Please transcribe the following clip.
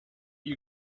you